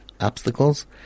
obstacles